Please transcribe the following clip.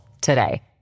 today